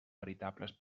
veritables